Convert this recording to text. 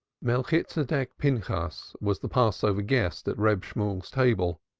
melchitsedek pinchas was the passover guest at reb shemuel's table,